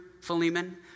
Philemon